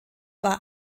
war